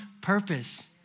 purpose